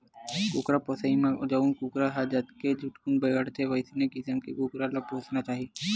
कुकरा पोसइ म जउन कुकरा ह जतके झटकुन बाड़थे वइसन किसम के कुकरा ल पोसना चाही